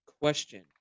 question